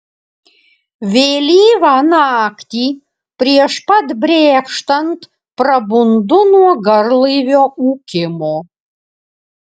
vėlyvą naktį prieš pat brėkštant prabundu nuo garlaivio ūkimo